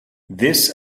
this